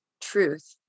truth